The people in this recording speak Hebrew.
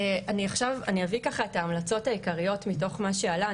אני אביא את ההמלצות העיקריות מתוך מה שעלה.